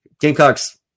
Gamecocks